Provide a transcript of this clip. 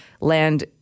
land